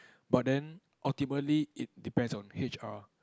but then ultimately it depends on H_R